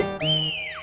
be